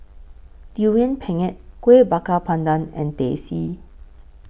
Durian Pengat Kueh Bakar Pandan and Teh C